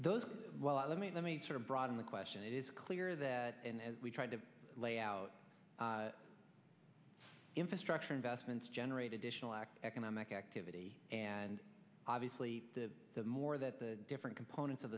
those well let me let me sort of broaden the question it is clear that as we try to lay out infrastructure investments generate additional act economic activity and obviously the more that the different components of